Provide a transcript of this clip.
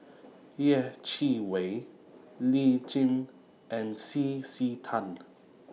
Yeh Chi Wei Lee Tjin and C C Tan